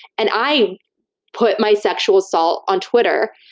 and i put my sexual assault on twitter,